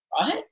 right